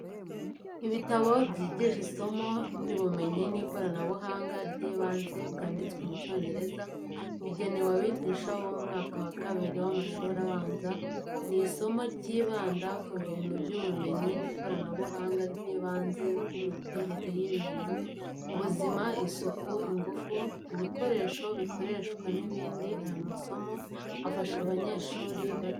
Ibitabo byigisha isomo ry'ubumenyi n’ikoranabuhanga ry’ibanze byanditswe mu cyongereza, bigenewe abigisha bo mu mwaka wa kabiri w’amashuri abanza. Ni isomo ryibanda ku bintu by'ubumenyi n'ikoranabuhanga ry’ibanze nk'imiterere y’ibintu, ubuzima, isuku, ingufu, ibikoresho bikoreshwa n’ibindi aya masomo agafasha abanyeshuri bato.